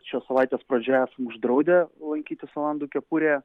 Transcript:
šios savaitės pradžioj esam uždraudę lankytis olando kepurėje